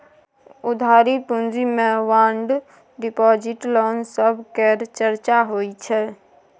उधारी पूँजी मे बांड डिपॉजिट, लोन सब केर चर्चा होइ छै